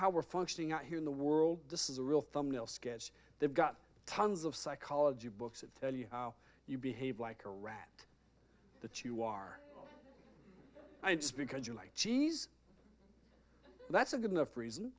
how we're functioning out here in the world this is a real thumbnail sketch they've got tons of psychology books that tell you how you behave like a rat that you are just because you like cheese that's a good enough reason